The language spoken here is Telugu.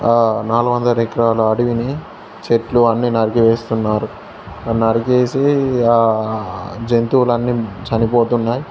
నాలుగు వందల రకరాలు అడవిని చెట్లు అన్ని నరికి వేస్తున్నారు నరికేసి ఆ జంతువులన్నీ చనిపోతున్నాయి